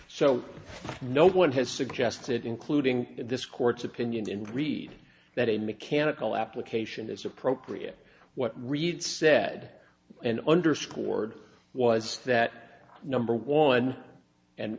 so no one has suggested including in this court's opinion in read that a mechanical application is appropriate what reed said and underscored was that number one and